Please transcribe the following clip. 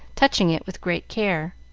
touching it with great care.